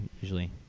usually